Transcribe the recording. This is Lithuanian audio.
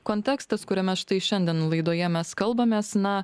kontekstas kuriame štai šiandien laidoje mes kalbamės na